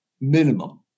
Minimum